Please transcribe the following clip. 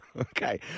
Okay